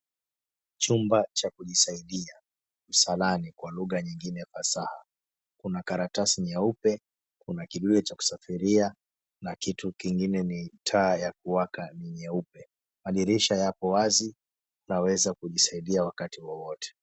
Chumba cha kujisaidia, msalani kwa lugha nyingine fasaha kuna karatasi nyeupe, kuna kidude cha kusafiria na kitu kingine ni taa ya kuwaka ni nyeupe. Madirisha yapo wazi, unaweza kujisaidia wakati wowote.